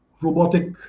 robotic